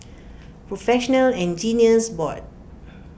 Professional Engineers Board